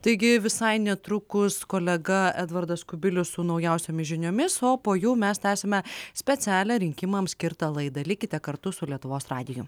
taigi visai netrukus kolega edvardas kubilius su naujausiomis žiniomis o po jų mes tęsime specialią rinkimams skirtą laidą likite kartu su lietuvos radiju